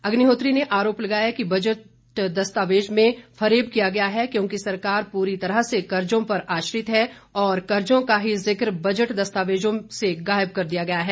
अग्निहोत्री ने आरोप लगाया कि बजट दस्तावेज में फरेब किया गया है क्योंकि सरकार पूरी तरह से कर्जों पर आश्रित है और कर्जो का ही जिक्र बजट दस्तावेजों से गायब कर दिया गया है